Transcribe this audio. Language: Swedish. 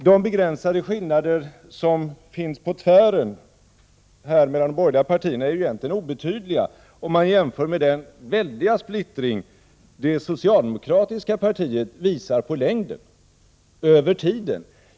De begränsade skillnader som finns på tvären mellan de borgerliga partierna är egentligen obetydliga, om man jämför med den väldiga splittring som det socialdemokratiska partiet visar på längden, över tiden.